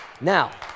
Now